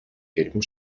gelben